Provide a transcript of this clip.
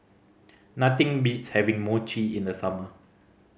nothing beats having Mochi in the summer